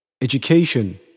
Education